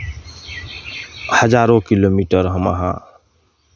हजारो किलोमीटर हम अहाँ